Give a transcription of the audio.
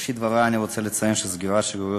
בראשית דברי אני רוצה לציין שסגירת שגרירויות